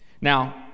Now